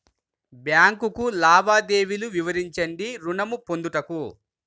Bank లావాదేవీలు వివరించండి ఋణము పొందుటకు?